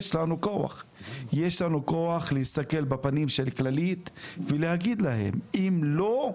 יש לנו כוח להסתכל בפנים של כללית ולהגיד להם אם לא,